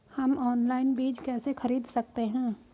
हम ऑनलाइन बीज कैसे खरीद सकते हैं?